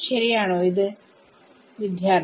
ശരിയാണോ ഇത്